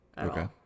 Okay